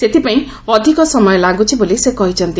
ସେଥିପାଇଁ ଅଧିକ ସମୟ ଲାଗୁଛି ବୋଲି ସେ କହିଛନ୍ତି